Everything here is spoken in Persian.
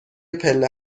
پله